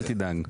אל תדאג,